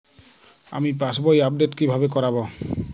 আমি পাসবই আপডেট কিভাবে করাব?